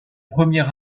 premier